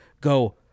go